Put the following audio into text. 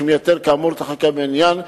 שמייתר כאמור את החקיקה בעניין,